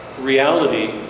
reality